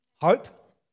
Hope